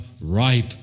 ripe